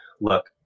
look